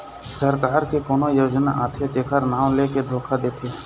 सरकार के कोनो योजना आथे तेखर नांव लेके धोखा देथे